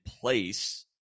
place